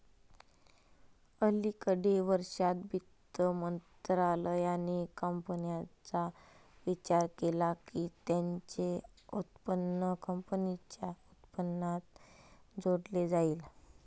अलिकडे वर्षांत, वित्त मंत्रालयाने कंपन्यांचा विचार केला की त्यांचे उत्पन्न कंपनीच्या उत्पन्नात जोडले जाईल